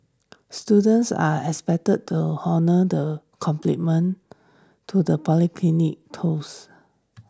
students are expected to honour the complement to the polytechnic tolls